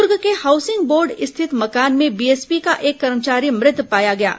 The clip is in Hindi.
दर्ग के हाउसिंग बोर्ड स्थित मकान में बीएसपी का एक कर्मचारी मृत पाया गया है